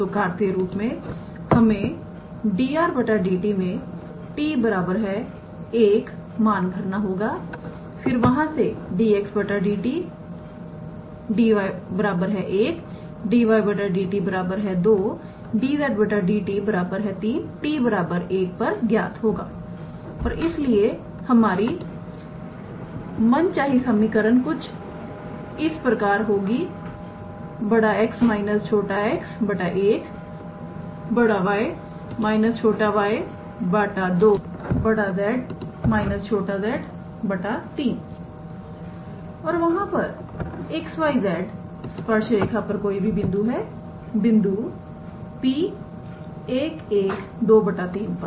तो कार्तीय रूप में हमें 𝑑 𝑟⃗ 𝑑𝑡 में t1 मान भरना होगाफिर वहां से 𝑑𝑥 𝑑𝑡 𝑡1 1 𝑑𝑦 𝑑𝑡 𝑡1 2 𝑑𝑧 𝑑𝑡 𝑡1 3 होगा और इसलिए हमारी मनचाही समीकरण कुछ इस प्रकार होगी 𝑋−𝑥 1 𝑌−𝑦 2 𝑍−𝑧 3 और वहां परxyz स्पर्श रेखा पर कोई भी बिंदु है बिंदु 𝑃11 2 3 पर